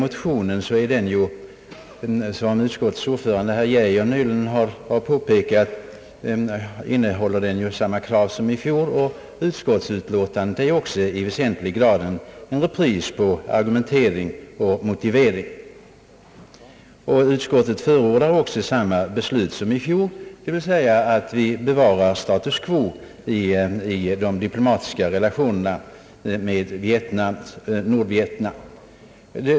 Som utskottets ordförande herr Geijer nyligen har påpekat innehåller motionen samma krav som i fjol, och utskottsutlåtandet är också i väsentlig grad en repris på argumentering och motivering. Utskottet förordar också samma beslut som i fjol, dvs. att vi bevarar status quo i de diplomatiska relationerna med Nordvietnam.